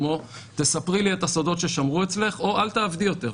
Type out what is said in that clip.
כמו: תספרי לי את הסודות ששמרו אצלך או אל תעבדי יותר,